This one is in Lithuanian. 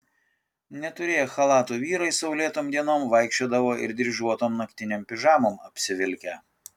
neturėję chalatų vyrai saulėtom dienom vaikščiodavo ir dryžuotom naktinėm pižamom apsivilkę